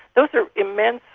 those are immense,